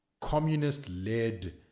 communist-led